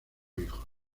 hijos